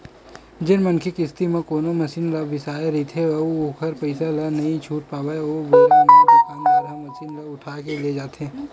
जेन मनखे किस्ती म कोनो मसीन ल बिसाय रहिथे अउ ओखर पइसा ल नइ छूट पावय ओ बेरा म दुकानदार ह मसीन ल उठाके लेग जाथे